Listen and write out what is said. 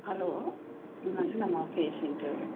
hello Manjulamma patient